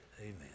Amen